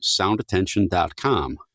soundattention.com